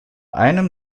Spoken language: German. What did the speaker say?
einem